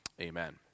Amen